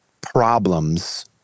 problems